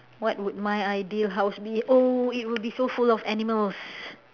what would my ideal house be oh it will be so full of animals